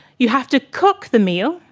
you have to cook the meal,